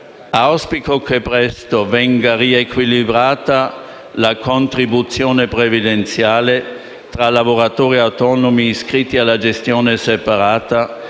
Auspico che presto venga riequilibrata la contribuzione previdenziale tra lavoratori autonomi iscritti alla gestione separata